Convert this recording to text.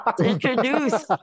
introduce